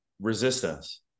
Resistance